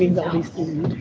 the high school.